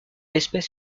espèce